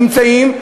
נמצאים,